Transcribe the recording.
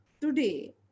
Today